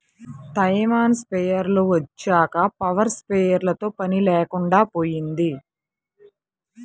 Taiwan స్ప్రేయర్లు వచ్చాక power స్ప్రేయర్లతో పని లేకుండా పోయింది